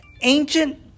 ancient